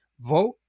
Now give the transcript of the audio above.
vote